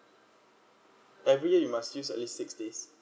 every year you must use at least six days